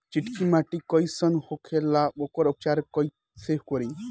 चिकटि माटी कई सन होखे ला वोकर उपचार कई से करी?